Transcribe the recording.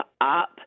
up